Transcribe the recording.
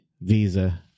Visa